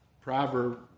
proverb